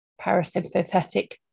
parasympathetic